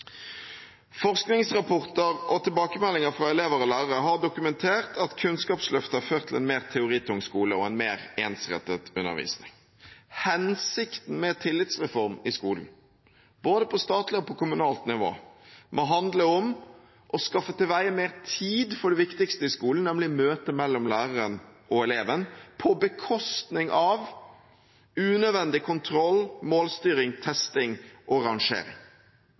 Forskningsrapporter og tilbakemeldinger fra elever og lærere har dokumentert at Kunnskapsløftet har ført til en mer teoritung skole og en mer ensrettet undervisning. Hensikten med en tillitsreform i skolen både på statlig og på kommunalt nivå må handle om å skaffe til veie mer tid til det viktigste i skolen, nemlig møtet mellom læreren og eleven, på bekostning av unødvendig kontroll, målstyring, testing og